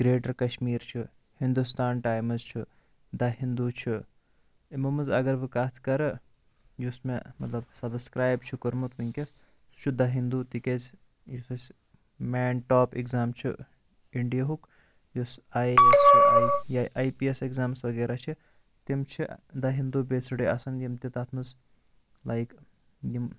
greater Kashmir چھُ Hindustan Times چھُ the Hindu چھُ یِمو مَنٛز اگر بہٕ کتھ کَرٕ یُس مےٚ مَطلَب سَبَسکرایب چھُ کوٚرمُت وٕنکیٚس سُہ چھُ دَ ہِنٛدوٗ تِکیازِ یُس اَسہِ مین ٹاپ اِگزام چھُ اِنڈیُہُک یُس آی اے ایٚس چھُ یا آی پی اٮ۪س ایٚگزامس وَغیرہ چھِ تِم چھِ دَ ہِنٛدوٗ بیسڈٕے آسان یِم تہِ تَتھ مَنٛز لایک یِم